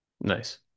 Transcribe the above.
nice